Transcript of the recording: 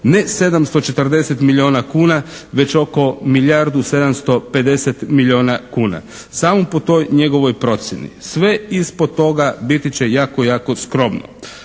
ne 740 milijuna kuna već oko milijardu 750 milijuna kuna. Samo po toj njegovoj procjeni. Sve ispod toga biti će jako, jako skromno.